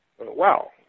Wow